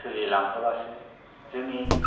सोलिलांहोबासो जोंनि